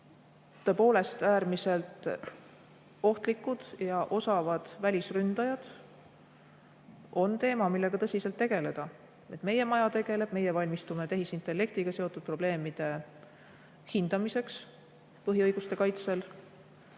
tõepoolest äärmiselt ohtlikud ja osavad välisründajad on teema, millega tõsiselt tegeleda. Meie maja tegeleb, meie valmistume tehisintellektiga seotud probleemide hindamiseks põhiõiguste kaitsel.